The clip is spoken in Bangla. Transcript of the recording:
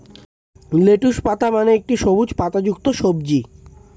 লেটুস পাতা মানে একটি সবুজ পাতাযুক্ত সবজি